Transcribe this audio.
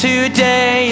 Today